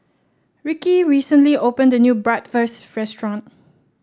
Rickie recently opened a new Bratwurst Restaurant